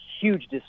huge